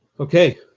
Okay